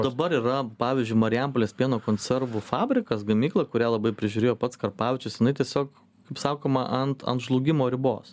dabar yra pavyzdžiui marijampolės pieno konservų fabrikas gamykla kurią labai prižiūrėjo pats karpavičius jinai tiesiog kaip sakoma ant ant žlugimo ribos